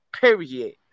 period